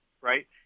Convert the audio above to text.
right